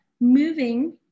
moving